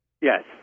Yes